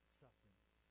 sufferings